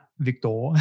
Victor